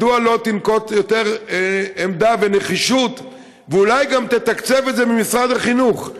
מדוע לא תנקוט יותר עמדה ונחישות ואולי גם תתקצב את זה ממשרד החינוך?